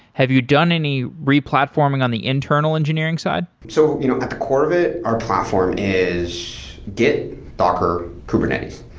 have you done any re platforming on the internal engineering side? so you know at the core of it, our platform is is git, docker, kubernetes.